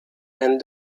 and